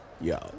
yo